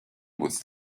with